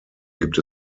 gibt